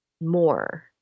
more